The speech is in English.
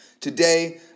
Today